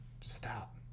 Stop